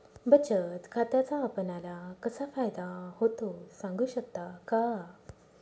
बचत खात्याचा आपणाला कसा फायदा होतो? सांगू शकता का?